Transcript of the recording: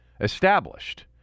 established